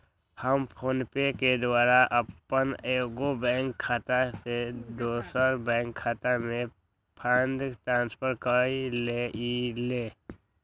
हम फोनपे के द्वारा अप्पन एगो बैंक खता से दोसर बैंक खता में फंड ट्रांसफर क लेइले